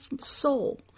soul